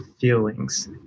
feelings